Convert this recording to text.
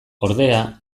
ordea